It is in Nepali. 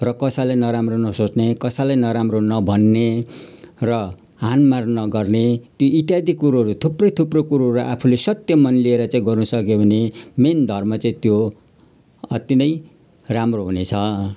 र कसैलाई नराम्रो नसोच्ने कसैलाई नराम्रो नभन्ने र हानमान नगर्ने ती इत्यादि कुरोहरू थुप्रै थुप्रै कुरोहरू आफूले सत्य मन लिएर चाहिँ गर्नु सक्यो भने मेन धर्म चाहिँ त्यो हो अति नै राम्रो हुनेछ